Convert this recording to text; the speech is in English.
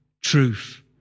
truth